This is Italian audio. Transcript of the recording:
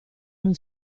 non